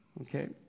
okay